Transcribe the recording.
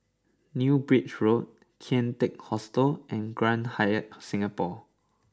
New Bridge Road Kian Teck Hostel and Grand Hyatt Singapore